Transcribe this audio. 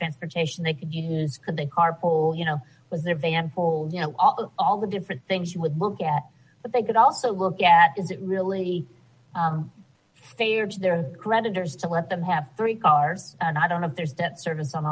transportation they could use could the car pull you know with their van full you know all the different things you would look at but they could also look at is it really fair to their creditors to let them have free card and i don't know if there's that service